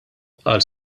għal